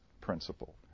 principle